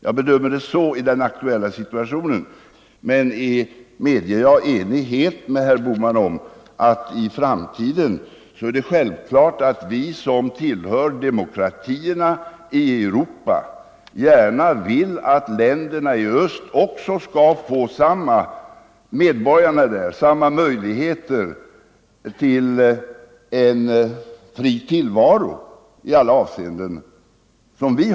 Så bedömer jag det i den aktuella situationen, men jag är ense med herr Bohman om att det för framtiden är självklart att vi som tillhör demokratierna i Europa gärna vill att medborgarna i länderna i öst också skall få samma möjligheter till en fri tillvaro i alla avseenden.